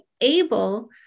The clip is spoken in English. able